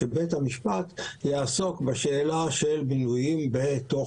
בית המשפט יעסוק בשאלה של מינוים בתוך